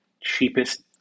cheapest